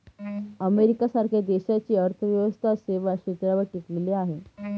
America सारख्या देशाची अर्थव्यवस्था सेवा क्षेत्रावर टिकलेली आहे